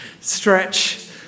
stretch